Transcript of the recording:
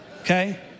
Okay